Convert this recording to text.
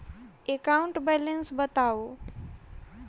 account balance बताउ